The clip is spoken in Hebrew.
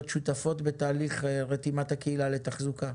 שותפות בתהליך רתימת הקהילה לתחזוקה.